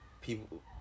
people